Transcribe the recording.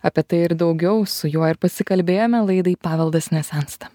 apie tai ir daugiau su juo ir pasikalbėjome laidai paveldas nesensta